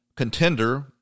contender